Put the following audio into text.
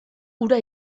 ura